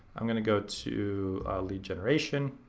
i'm gonna go to lead generation.